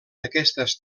aquestes